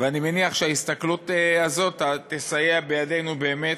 ואני מניח שההסתכלות הזאת תסייע בידינו באמת